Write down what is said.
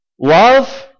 love